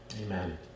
Amen